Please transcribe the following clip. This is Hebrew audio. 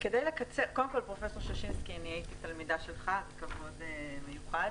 פרופ' ששינסקי, אני הייתי תלמידה שלך, כבוד מיוחד.